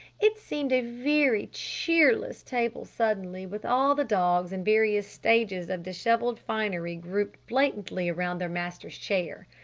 it seemed a very cheerless table suddenly, with all the dogs in various stages of disheveled finery grouped blatantly around their master's chair.